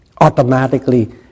Automatically